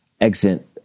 exit